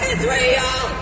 Israel